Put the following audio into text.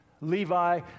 Levi